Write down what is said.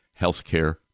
healthcare